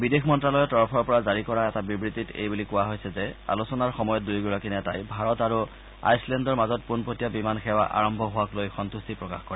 বিদেশ মন্ত্যালয়ৰ তৰফৰ পৰা জাৰি কৰা এটা বিবৃতিত এই বুলি কোৱা হৈছে যে আলোচনাৰ সময়ত দুয়োগৰাকী নেতাই ভাৰত আৰু আইচলেণ্ডৰ মাজত পোনপটীয়া বিমান সেৱা আৰম্ভ হোৱাক লৈ সন্তুষ্টি প্ৰকাশ কৰে